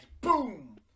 Boom